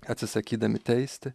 atsisakydami teisti